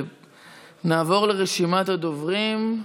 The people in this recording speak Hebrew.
נעבור לרשימת הדוברים.